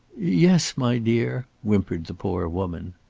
yes, my dear, whimpered the poor woman.